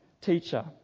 teacher